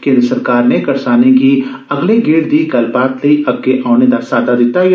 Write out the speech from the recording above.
केन्द्र सरकार नै करसाने गी अगले गेड़ दी गल्लबात लेई अग्गे औने दा साद्दा दित्ता ऐ